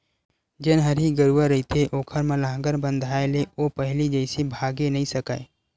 जेन हरही गरूवा रहिथे ओखर म लांहगर बंधाय ले ओ पहिली जइसे भागे नइ सकय